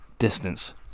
Distance